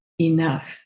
enough